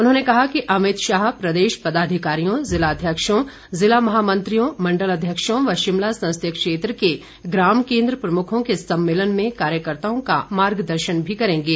उन्होंने कहा कि अमित शाह प्रदेश पदाधिकारियों जिलाध्यक्षों जिला महामंत्रियों मण्डल अध्यक्षों व शिमला संसदीय क्षेत्र के ग्राम केन्द्र प्रमुखों के सम्मेलन में कार्यकर्ताओं का मार्गदर्शन भी करेंगे